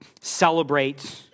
celebrate